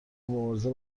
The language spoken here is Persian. مبارزه